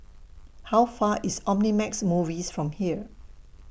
How Far IS Omnimax Movies from here